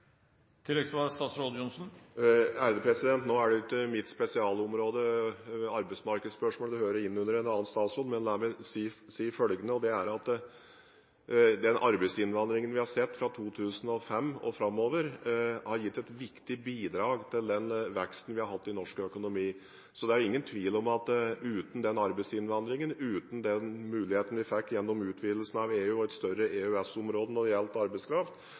Nå er det ikke arbeidsmarkedsspørsmål mitt spesialområde – det hører inn under en annen statsråd, men la meg si følgende: Den arbeidsinnvandringen vi har sett fra 2005 og framover, har gitt et viktig bidrag til den veksten vi har hatt i norsk økonomi. Så det er ingen tvil om at den arbeidsinnvandringen, den muligheten vi fikk gjennom utvidelsen av EU og et større EØS-område når det gjaldt arbeidskraft,